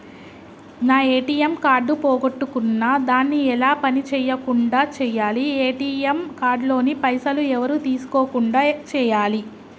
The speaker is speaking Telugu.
నా ఏ.టి.ఎమ్ కార్డు పోగొట్టుకున్నా దాన్ని ఎలా పని చేయకుండా చేయాలి ఏ.టి.ఎమ్ కార్డు లోని పైసలు ఎవరు తీసుకోకుండా చేయాలి?